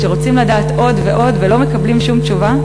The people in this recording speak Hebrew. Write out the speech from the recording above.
שרוצים לדעת עוד ועוד ולא מקבלים שום תשובה,